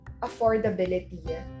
affordability